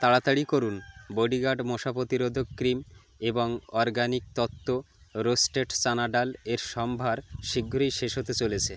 তাড়াতাড়ি করুন বডিগার্ড মশা প্রতিরোধক ক্রিম এবং অরগানিক তত্ত্ব রোস্টেড চানা ডাল এর সম্ভার শীঘ্রই শেষ হতে চলেছে